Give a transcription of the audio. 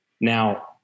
Now